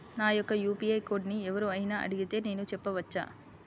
నా యొక్క యూ.పీ.ఐ కోడ్ని ఎవరు అయినా అడిగితే నేను చెప్పవచ్చా?